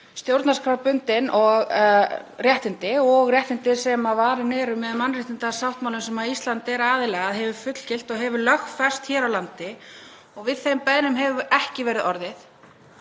stjórnarskrárbundin réttindi og réttindi sem varin eru með mannréttindasáttmálum sem Ísland er aðili að, hefur fullgilt og lögfest hér á landi. Við þeim beiðnum hefur ekki verið orðið.